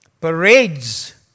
parades